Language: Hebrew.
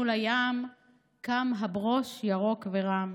מול הים / קם הברוש ירוק ורם.